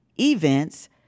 events